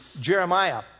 Jeremiah